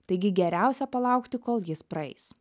taigi geriausia palaukti kol jis praeis